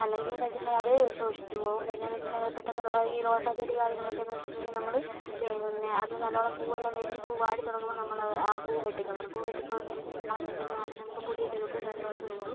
അല്ലെങ്കിൽ എന്ന് വെച്ചിട്ടുണ്ടെങ്കിൽ അത് ശോഷിച്ച് പോകും പിന്നെ എന്ന് വെച്ചിട്ടുണ്ടെങ്കിൽ അത് പെട്ടെന്ന് ഈ റോസാ ചെടി കാര്യങ്ങളൊക്കെയെന്ന് വെച്ചിട്ടുണ്ടെങ്കിൽ നമ്മൾ പിന്നെ അത് നല്ലവണ്ണം പൂവ് എല്ലാം വിരിഞ്ഞ് പൂവ് വാടി തുടങ്ങുമ്പോൾ നമ്മൾ ആ പൂവ് വെട്ടി കളയണം പൂവ് വെട്ടി കളഞ്ഞിട്ട് കളഞ്ഞിട്ടുണ്ടെങ്കിൽ മാത്രമേ നമുക്ക് പുതിയ തളിർപ്പും കാര്യങ്ങളൊക്കെ വരികയുള്ളൂ